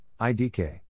idk